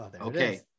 Okay